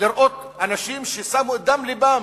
לראות אנשים ששמו את דם לבם